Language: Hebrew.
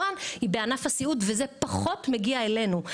רן היא בענף הסיעוד וזה פחות מגיע אלינו,